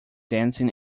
dancing